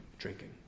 Drinking